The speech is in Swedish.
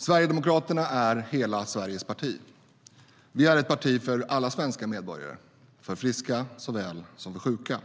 Herr talman! Sverigedemokraterna är hela Sveriges parti. Vi är ett parti för alla svenska medborgare, för friska såväl som för sjuka.